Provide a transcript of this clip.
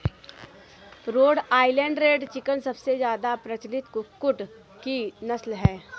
road Island Red chicken सबसे ज्यादा प्रचलित कुक्कुट की नस्ल है